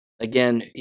Again